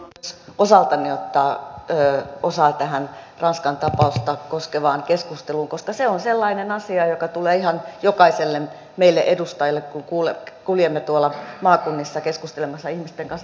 haluan myös osaltani ottaa osaa tähän ranskan tapausta koskevaan keskusteluun koska se on sellainen asia joka tulee ihan jokaiselle meistä edustajista kun kuljemme tuolla maakunnissa keskustelemassa ihmisten kanssa